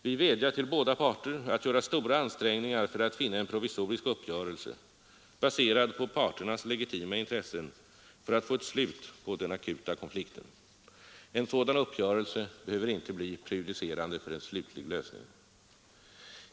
Vi vädjar till båda parter att göra stora ansträngningar för att finna en provisorisk uppgörelse, baserad på parternas legitima intressen för att få ett slut på den akuta konflikten. En sådan uppgörelse behöver inte bli prejudicerande för en slutlig lösning.